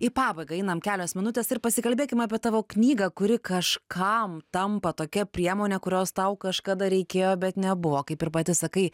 į pabaigą einam kelios minutės ir pasikalbėkim apie tavo knygą kuri kažkam tampa tokia priemone kurios tau kažkada reikėjo bet nebuvo kaip ir pati sakai